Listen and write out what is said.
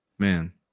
Man